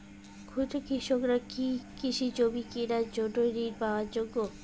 ক্ষুদ্র কৃষকরা কি কৃষিজমি কিনার জন্য ঋণ পাওয়ার যোগ্য?